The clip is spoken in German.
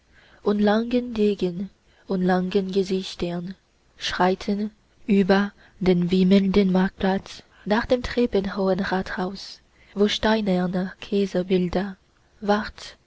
und langen degen und langen gesichtern schreiten über den wimmelnden marktplatz nach dem treppenhohen rathaus wo steinerne kaiserbilder wacht